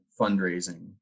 fundraising